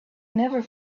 never